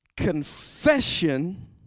confession